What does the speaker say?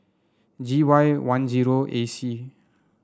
G Y one zero A C